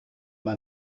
man